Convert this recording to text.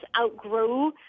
outgrow